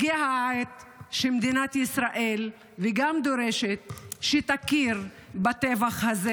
שהגיעה העת שמדינת ישראל תכיר בטבח הזה.